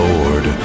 Lord